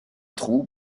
trou